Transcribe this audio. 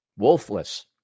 Wolfless